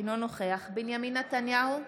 אינו נוכח בנימין נתניהו,